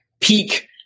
peak